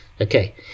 Okay